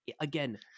again